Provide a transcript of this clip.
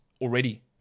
already